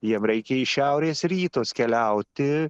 jiem reikia į šiaurės rytus keliauti